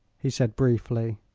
he said, briefly.